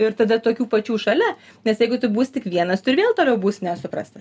ir tada tokių pačių šalia nes jeigu tu būsi tik vienas tu ir vėl toliau būsi nesuprastas